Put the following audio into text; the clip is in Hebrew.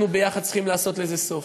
אנחנו ביחד צריכים לעשות לזה סוף.